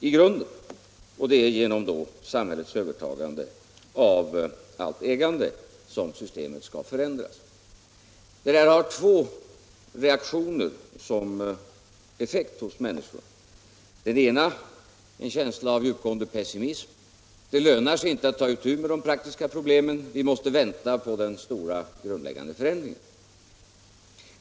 Med det menas då att förändringen skall ske genom samhällets övertagande av allt ägande. Men det talet får då två reaktioner som effekt. Den ena är en känsla av djupgående pessimism. Det lönar sig inte att ta itu med de praktiska problemen; vi måste vänta på den stora, grundläggande förändringen.